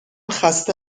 خسته